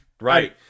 right